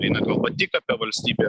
eina kalba tik apie valstybę